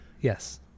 Yes